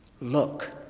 look